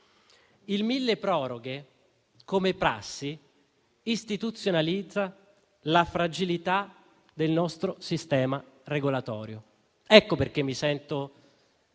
milleproroghe come prassi istituzionalizza dunque la fragilità del nostro sistema regolatorio. Ecco perché mi sento